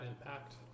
impact